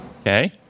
Okay